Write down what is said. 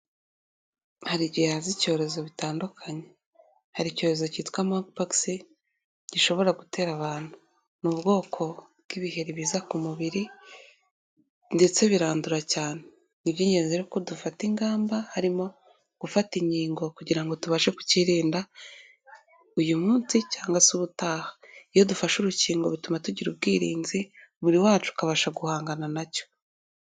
Hari igihe haza ibyorezo bitandukanye. Hari icyorezo cyitwa Monkey Pox gishobora gutera abantu. Ni ubwoko bw'ibiheri biza ku mubiri ndetse birandura cyane. Ni iby'ingenzi rero ko dufata ingamba harimo gufata inkingo kugira ngo tubashe kucyirinda. Uyu munsi cyangwa se ubutaha, iyo dufashe urukingo bituma tugira ubwirinzi umubiri wacu ukabasha guhangana na cyo.